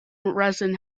resin